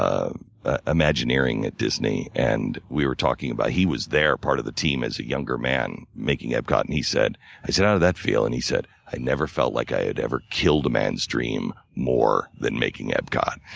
of imagineering at disney and we were talking about it. he was there, part of the team as a younger man, making epcot. and he said i said, how did that feel? and he said, i never felt like i had ever killed a man's dream more than making epcot.